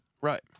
Right